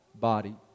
body